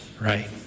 right